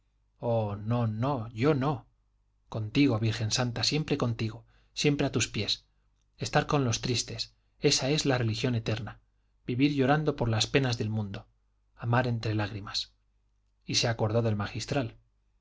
oh no no yo no contigo virgen santa siempre contigo siempre a tus pies estar con los tristes ésa es la religión eterna vivir llorando por las penas del mundo amar entre lágrimas y se acordó del magistral